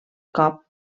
cop